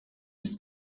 ist